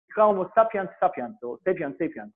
קראו לו סאפיאנס סאפיאנס, או סאפיאנס סאפיאנס.